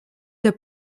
der